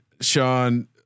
Sean